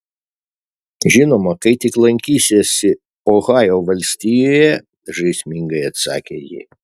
žinoma kai tik lankysiesi ohajo valstijoje žaismingai atsakė ji